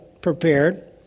prepared